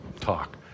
talk